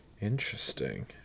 Interesting